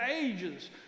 ages